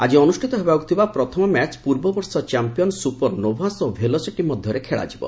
ଆଜି ଅନୁଷ୍ଠିତ ହେବାକୁ ଥିବା ପ୍ରଥମ ମ୍ୟାଚ୍ ପୂର୍ବବର୍ଷ ଚାମ୍ପିୟନ୍ ସୁପର ନୋଭାସ ଓ ଭେଲୋସିଟି ମଧ୍ୟରେ ଖେଳାଯିବ